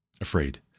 afraid